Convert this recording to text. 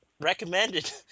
recommended